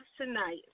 tonight